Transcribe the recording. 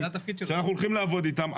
שאנחנו הולכים לעבוד איתם.